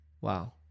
Wow